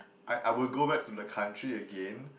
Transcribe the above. I I will go back to the country again